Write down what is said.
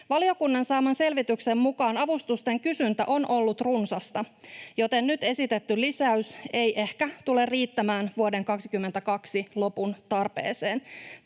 Valiokunnan saaman selvityksen mukaan avustusten kysyntä on ollut runsasta, joten nyt esitetty lisäys ei ehkä tule riittämään vuoden 22 lopun tarpeeseen.